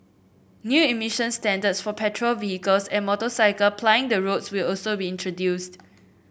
new emission standards for petrol vehicles and motorcycle plying the roads will also be introduced